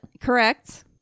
Correct